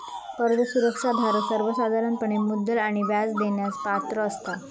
कर्ज सुरक्षा धारक सर्वोसाधारणपणे मुद्दल आणि व्याज देण्यास पात्र असता